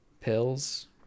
pills